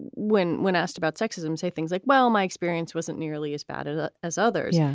when when asked about sexism, say things like, well, my experience wasn't nearly as bad ah as others. yeah,